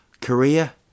Korea